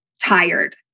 tired